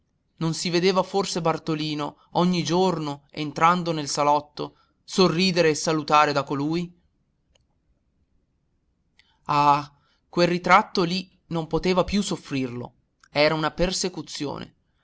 non si vedeva forse bartolino ogni giorno entrando nel salotto sorridere e salutare da colui ah quel ritratto lì non poteva più soffrirlo era una persecuzione